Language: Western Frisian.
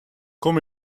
kom